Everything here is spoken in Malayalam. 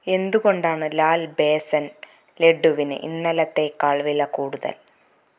എന്തു കൊണ്ടാണ് ലാൽ ബേസൻ ലഡുവിന് ഇന്നലത്തേക്കാൾ വിലക്കൂടുതൽ